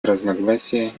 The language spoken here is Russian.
разногласия